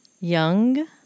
young